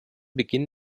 beginn